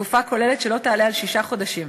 לתקופה כוללת שלא תעלה על שישה חודשים.